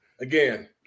again